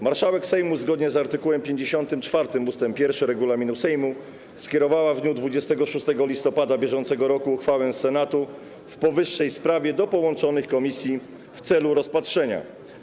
Marszałek Sejmu, zgodnie z art. 54 ust. 1 regulaminu Sejmu, skierowała w dniu 26 listopada br. uchwałę Senatu w powyższej sprawie do połączonych komisji w celu rozpatrzenia.